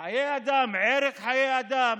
אדם, ערך חיי אדם.